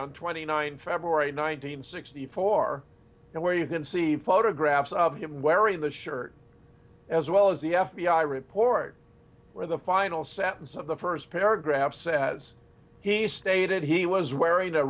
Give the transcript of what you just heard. on twenty nine february nineteenth sixty four and where you can see photographs of him wearing the shirt as well as the f b i report where the final sentence of the first paragraph says he stated he was wearing